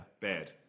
Bad